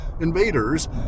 invaders